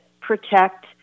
protect